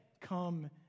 come